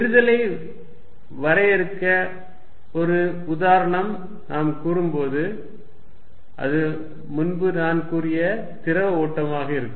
விரிதலை வரையறுக்க ஒரு உதாரணத்தை நாம் கூறும்போது அது முன்பு நான் கூறிய திரவ ஓட்டமாக இருக்கும்